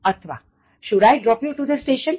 અથવા Should I drop you to the station